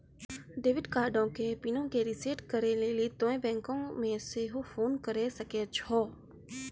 debit कार्डो के पिनो के रिसेट करै लेली तोंय बैंको मे सेहो फोन करे सकै छो